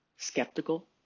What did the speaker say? Skeptical